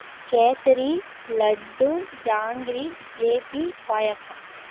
kesari laddu jangiri jalebi பாயசம்